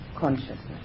consciousness